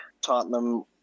Tottenham